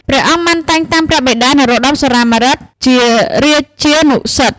ព្រះអង្គបានតែងតាំងព្រះបិតា នរោត្ដម សុរាម្រិត ជារាជានុសិទ្ធិ។